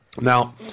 now